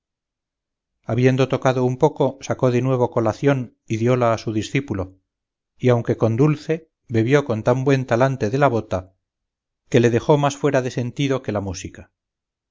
habiendo tocado un poco sacó de nuevo colación y diola a su discípulo y aunque con dulce bebió con tan buen talante de la bota que le dejó más fuera de sentido que la música